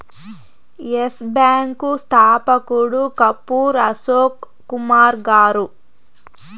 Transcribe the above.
yes Bank స్థాపకుడు కపూర్ అశోక్ కుమార్ గారు